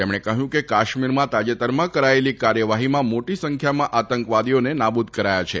તેમણે કહ્યું કે કાશ્મીરમાં તાજેતરમાં કરાયેલી કાર્યવાહીમાં મોટી સંખ્યામાં આતંકવાદીઓને નાબૂદ કરાયા છે